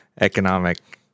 economic